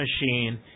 machine